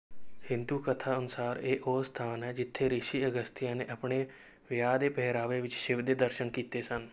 ਹਿੰਦੂ ਕਥਾ ਅਨੁਸਾਰ ਇਹ ਉਹ ਸਥਾਨ ਹੈ ਜਿੱਥੇ ਰਿਸ਼ੀ ਅਗਸਥਿਆ ਨੇ ਆਪਣੇ ਵਿਆਹ ਦੇ ਪਹਿਰਾਵੇ ਵਿੱਚ ਸ਼ਿਵ ਦੇ ਦਰਸ਼ਨ ਕੀਤੇ ਸਨ